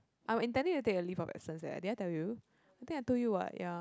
I was intending to take a leave of absence eh did I told you I think I told you what ya